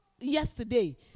yesterday